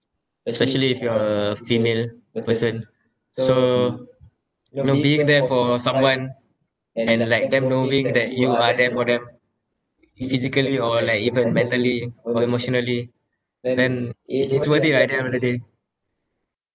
especially if you're a female the person so you know being there for someone and like them knowing that you are there for them physically or like even mentally or emotionally then it's it's worth it ah at the end of the day